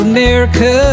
America